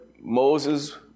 Moses